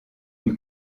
une